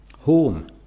home